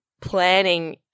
planning